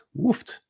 woofed